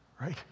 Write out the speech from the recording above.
right